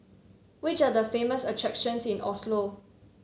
which are the famous attractions in Oslo